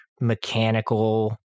mechanical